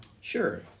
Sure